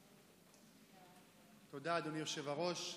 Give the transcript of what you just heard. תודה, אדוני היושב-ראש.